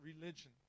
religion